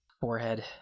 forehead